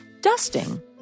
dusting